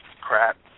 crap